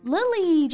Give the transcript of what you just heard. Lily